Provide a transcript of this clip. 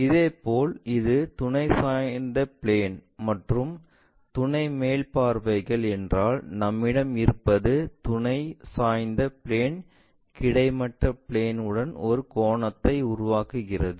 இதேபோல் இது துணை சாய்ந்த பிளேன் மற்றும் துணை மேல் பார்வைகள் என்றால் நம்மிடம் இருப்பது துணை சாய்ந்த பிளேன் கிடைமட்ட பிளேன் உடன் ஒரு கோணத்தை உருவாக்குகிறது